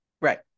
Right